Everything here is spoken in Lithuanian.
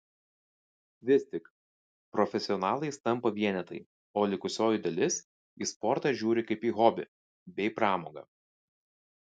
vis tik profesionalais tampa vienetai o likusioji dalis į sportą žiūri kaip į hobį bei pramogą